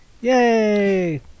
yay